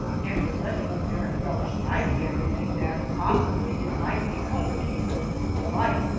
and with such apparent relish i began to think that possibly it might be another case of delight,